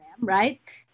Right